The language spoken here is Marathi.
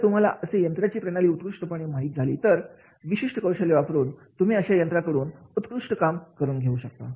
जर तुम्हाला असे यंत्राची प्रणाली उत्कृष्टपणे माहिती झाली तर विशिष्ट कौशल्य वापरून तुम्ही अशा यात्रा कडून उत्कृष्ट काम करून घेऊ शकता